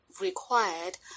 required